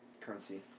currency